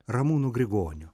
ramūnu grigoniu